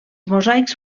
mosaics